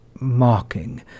mocking